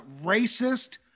racist